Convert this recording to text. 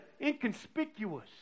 inconspicuous